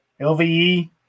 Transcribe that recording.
LVE